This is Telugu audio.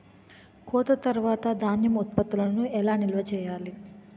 కోత తర్వాత ధాన్యం ఉత్పత్తులను ఎలా నిల్వ చేయాలి?